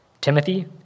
Timothy